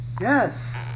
Yes